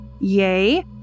yay